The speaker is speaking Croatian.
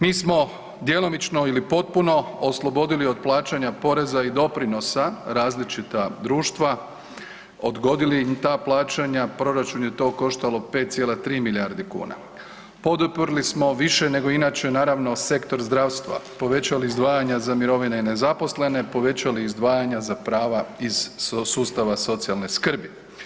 Mi smo djelomično ili potpuno oslobodili od plaćanja poreza i doprinosa različita društva, odgodili im ta plaćanja, proračun je to koštalo 5,3 milijarde kuna, poduprli smo više nego inače naravno sektor zdravstva, povećali izdvajanja za mirovine i nezaposlene, povećali izdvajanja za prava iz sustava socijalne skrbe.